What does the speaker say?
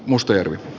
mustajärvi